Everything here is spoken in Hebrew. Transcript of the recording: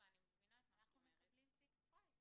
מבינה את מה שאת אומרת -- אנחנו מקבלים פיקסד פרייס,